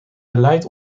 beleid